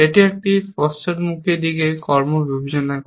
এটি একটি পশ্চাদমুখী দিকে কর্ম বিবেচনা করে